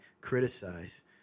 criticize